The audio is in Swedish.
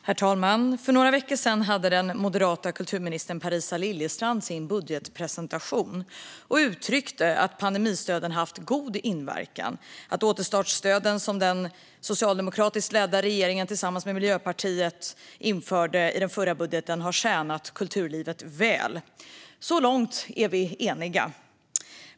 Herr talman! För några veckor sedan hade den moderata kulturministern Parisa Liljestrand sin budgetpresentation. Hon uttryckte då att pandemistöden haft god inverkan och att återstartsstöden som den socialdemokratiskt ledda regeringen tillsammans med Miljöpartiet införde i den förra budgeten tjänat kulturlivet väl. Så långt är vi eniga.